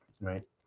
Right